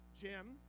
Jim